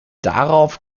darauf